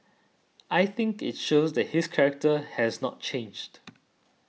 I think it shows that his character has not changed